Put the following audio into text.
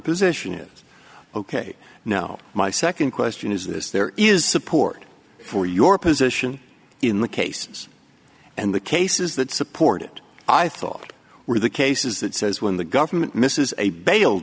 position is ok now my second question is this there is support for your position in the cases and the cases that support it i thought were the cases that says when the government misses a bail